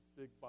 big